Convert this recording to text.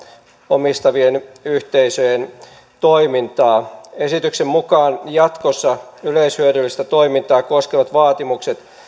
omistavien yhteisöjen toimintaa esityksen mukaan jatkossa yleishyödyllistä toimintaa koskevat vaatimukset